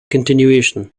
continuation